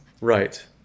Right